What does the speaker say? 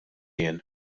jien